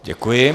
Děkuji.